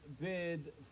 Bid